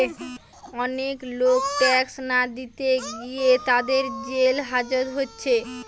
অনেক লোক ট্যাক্স না দিতে গিয়ে তাদের জেল হাজত হচ্ছে